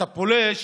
אתה פולש